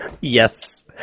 Yes